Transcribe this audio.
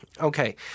Okay